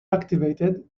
activated